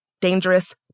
dangerous